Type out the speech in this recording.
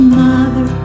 mother